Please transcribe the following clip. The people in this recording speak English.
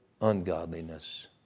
ungodliness